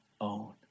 own